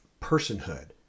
personhood